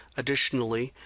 additionally,